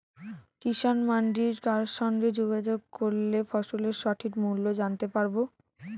কিষান মান্ডির কার সঙ্গে যোগাযোগ করলে ফসলের সঠিক মূল্য জানতে পারবো?